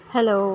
Hello